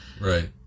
Right